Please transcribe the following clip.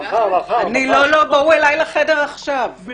בואו אלי לחדר עכשיו.